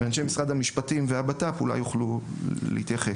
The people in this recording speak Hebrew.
ואנשי משרד המשפטים והבט"פ אולי יוכלו להתייחס.